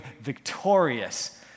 victorious